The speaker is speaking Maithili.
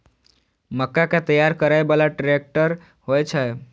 मक्का कै तैयार करै बाला ट्रेक्टर होय छै?